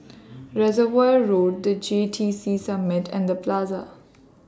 Reservoir Road The J T C Summit and The Plaza